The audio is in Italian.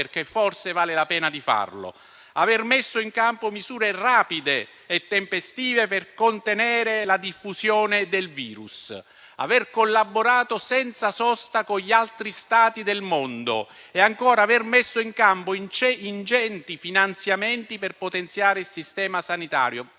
perché forse vale la pena di farlo: aver messo in campo misure rapide e tempestive per contenere la diffusione del virus, aver collaborato senza sosta con gli altri Stati del mondo e ancora aver messo in campo ingenti finanziamenti per potenziare il sistema sanitario